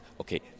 okay